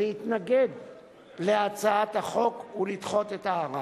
להתנגד להצעת החוק ולדחות את הערר.